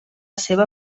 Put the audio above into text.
seva